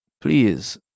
Please